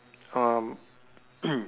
um